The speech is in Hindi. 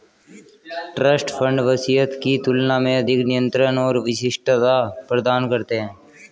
ट्रस्ट फंड वसीयत की तुलना में अधिक नियंत्रण और विशिष्टता प्रदान करते हैं